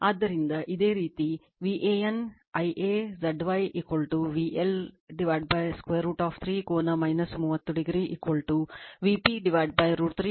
ಆದ್ದರಿಂದ ಅದೇ ರೀತಿ VAN Ia Z y VL √ 3 ಕೋನ 30 o Vp √ 3 ಕೋನ 30 o ಆಗಿರುತ್ತದೆ